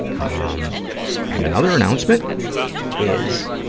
ah um and another announcement is,